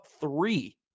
three